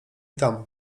tam